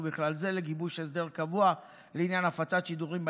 ובכלל זה לגיבוש הסדר קבוע לעניין הפצת שידורים באינטרנט.